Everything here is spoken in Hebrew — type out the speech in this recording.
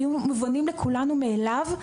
היו מובנים לכולנו מאליו.